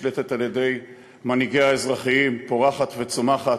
נשלטת על-ידי מנהיגיה האזרחיים, פורחת וצומחת.